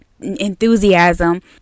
enthusiasm